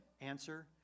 Answer